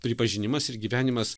pripažinimas ir gyvenimas